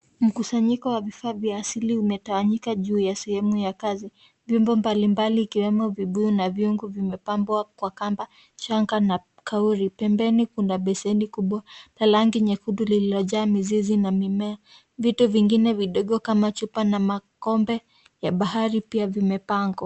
Mkusanyiko wa vifaa vya asili umetawanyika juu ya sehemu ya kazi. Vyombo mbalimbali ikiwemo viguu na vyungu vimepambwa kwa kamba, shanga na kauri. Pembeni kuna besheni kubwa, la rangi nyekundu lililojaa mizizi na mimea. Vitu vingine vidogo kama chupa na makombe ya bahari pia vimepangwa.